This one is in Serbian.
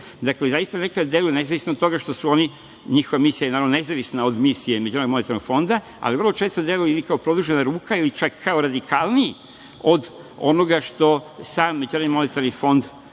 Dakle, zaista nekad deluju nezavisno od toga što su oni, njihova misija je naravno nezavisna od misije MMF, ali vrlo često deluju ili kao produžena ruka ili čak kao radikalniji od onoga što sam MMF